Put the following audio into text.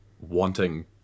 wanting